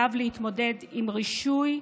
עליו להתמודד עם רישוי,